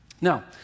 Now